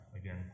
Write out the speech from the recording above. again